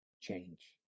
change